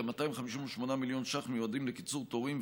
כ-258 מיליון ש"ח מיועדים לקיצור תורים,